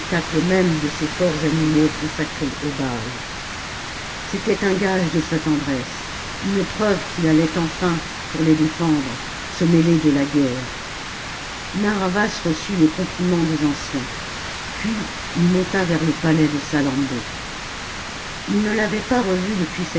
même de ces forts animaux consacrés au baal c'était un gage de sa tendresse une preuve qu'il allait enfin pour les défendre se mêler de la guerre narr'havas reçut les compliments des anciens puis il monta vers le palais de salammbô ii ne l'avait pas revue depuis